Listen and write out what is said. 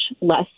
less